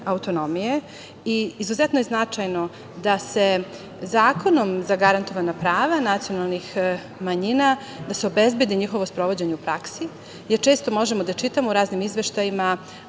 i izuzetno je značajno da se zakonom zagarantovana prava nacionalnih manjina, da se obezbedi njihovo sprovođenje u praksi, jer često možemo da čitamo u raznim izveštajima